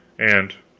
and,